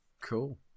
Cool